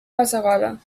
bassegoda